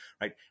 right